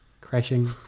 crashing